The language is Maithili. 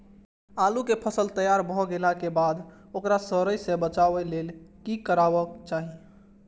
आलू केय फसल तैयार भ गेला के बाद ओकरा सड़य सं बचावय लेल की करबाक चाहि?